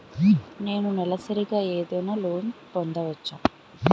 నేను నెలసరిగా ఏదైనా లోన్ పొందవచ్చా?